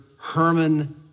Herman